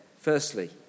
Firstly